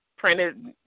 printed